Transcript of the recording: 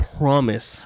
promise